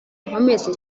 nkomeze